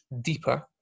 deeper